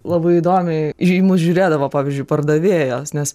labai įdomiai į mus žiūrėdavo pavyzdžiui pardavėjos nes